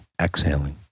exhaling